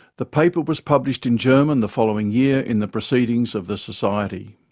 the paper was published in german the following year in the proceedings of the society.